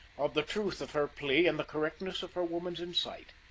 of the truth of her plea and the correctness of her woman's insight.